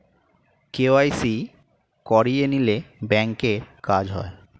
KYC করিয়ে নিলে ব্যাঙ্কের কাজ হয়